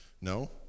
No